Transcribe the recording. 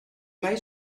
mai